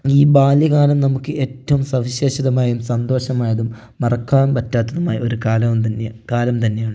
ഈ ബാല്യകാലം നമുക്ക് ഏറ്റവും സവിശേഷതമായതും സന്തോഷമായതും മറക്കാൻ പറ്റാത്തതുമായ ഒരു കാലവും തന്നെയാണ് കാലം തന്നെയാണ്